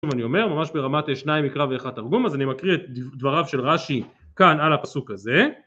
ושוב אני אומר, ממש ברמת שניים מקרא ואחד תרגום, אז אני מקריא את דבריו של רש"י, כאן, על הפסוק הזה,